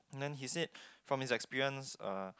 then he said from his experience uh